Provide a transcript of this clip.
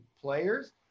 players